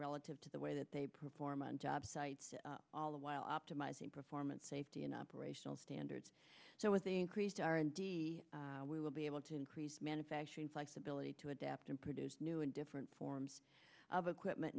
relative to the way that they perform on job sites all the while optimizing performance safety and operational standards so with increased r and d we will be able to increase manufacturing flexibility to adapt and produce new and different forms of equipment